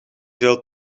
veel